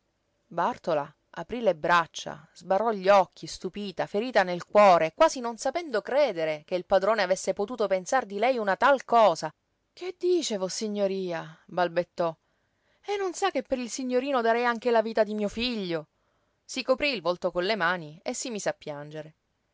aprí le braccia sbarrò gli occhi stupita ferita nel cuore quasi non sapendo credere che il padrone avesse potuto pensar di lei una tal cosa che dice vossignoria balbettò e non sa che per il signorino darei anche la vita di mio figlio si coprí il volto con le mani e si mise a piangere